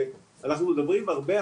אנחנו מדברים הרבה,